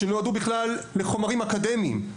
שנועדו בכלל לחומרים אקדמיים,